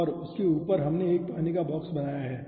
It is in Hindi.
और उसके ऊपर हमने 1 पानी का बॉक्स बनाया है